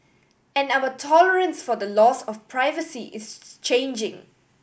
and our tolerance for the loss of privacy is changing